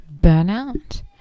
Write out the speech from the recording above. burnout